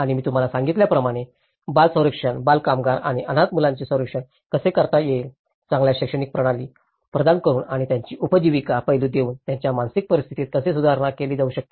आणि मी तुम्हाला सांगितल्याप्रमाणे बाल संरक्षण बालकामगार आणि अनाथ मुलांचे संरक्षण कसे करता येईल चांगल्या शैक्षणिक प्रणाली प्रदान करुन आणि त्यांची उपजीविका पैलू देऊन त्यांच्या मानसिक परिस्थितीत कसे सुधारले जाऊ शकते